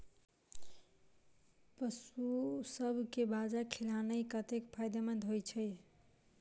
पशुसभ केँ बाजरा खिलानै कतेक फायदेमंद होइ छै?